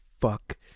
fuck